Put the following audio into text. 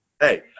hey